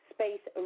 Space